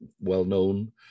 well-known